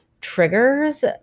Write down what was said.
triggers